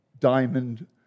diamond